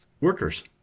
workers